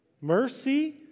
mercy